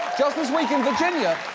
just this week in virginia,